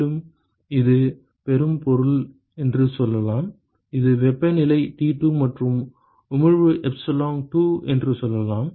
மேலும் இது பெறும் பொருள் என்று சொல்லலாம் இது வெப்பநிலை T2 மற்றும் உமிழ்வு எப்சிலோன் 2 என்று சொல்லலாம்